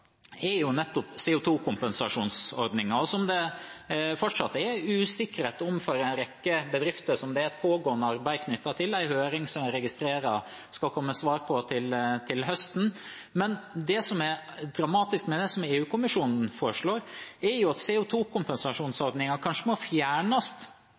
er nettopp CO 2 -kompensasjonsordningen, som det fortsatt er usikkerhet om for en rekke bedrifter. Det er et pågående arbeid knyttet til det, med en høring som jeg registrerer skal komme med svar til høsten. Det som er dramatisk med det EU-kommisjonen foreslår, er at CO 2 -kompensasjonsordningen kanskje må fjernes. Industrien påpeker nettopp at